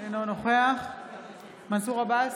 אינו נוכח מנסור עבאס,